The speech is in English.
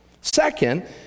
Second